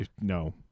No